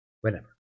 Whenever